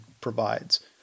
provides